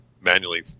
manually